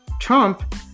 Trump